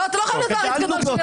כן, כן, כן, בבקשה.